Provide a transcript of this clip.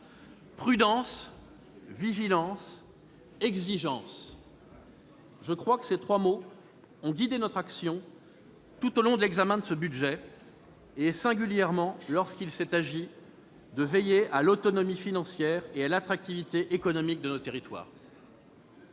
Prudence, vigilance, exigence : je crois que ces trois mots ont guidé notre action tout au long de l'examen de ce budget et, singulièrement, lorsqu'il s'est agi de veiller à l'autonomie financière et à l'attractivité économique de nos territoires.